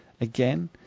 again